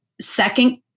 second